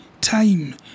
time